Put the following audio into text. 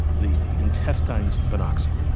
the intestines of an oxen.